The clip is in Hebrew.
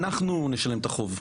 אנחנו נשלם את החוב.